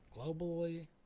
globally